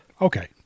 Okay